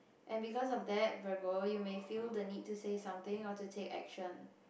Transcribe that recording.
and because of that Virgo you may feel the need to say something or to take action